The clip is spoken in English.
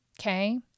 Okay